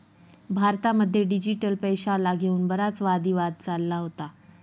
भारतामध्ये डिजिटल पैशाला घेऊन बराच वादी वाद चालला होता